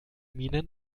minen